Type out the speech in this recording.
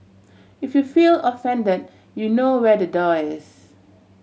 if you feel offended you know where the door is